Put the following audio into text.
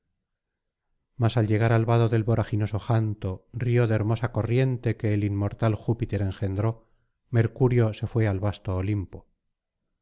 al llegar al vado del voraginoso janto río de hermosa corriente que el inmortal júpiter engendró mercurio se fué al vasto olimpo